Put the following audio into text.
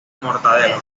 mortadelo